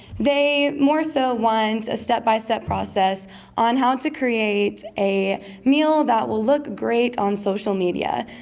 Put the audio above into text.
they more so want a step-by-step process on how to create a meal that will look great on social media.